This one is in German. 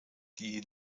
die